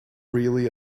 really